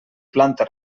planta